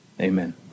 Amen